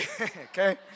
okay